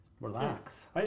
relax